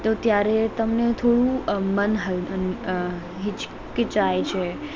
તો ત્યારે તમને થોડું મન હલ અ હિચકિચાય છે